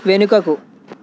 వెనుకకు